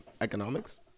Economics